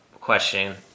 question